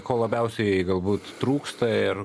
ko labiausiai galbūt trūksta ir